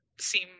seem